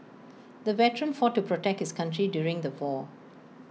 the veteran fought to protect his country during the war